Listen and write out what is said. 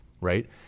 right